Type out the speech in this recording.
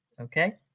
okay